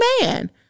man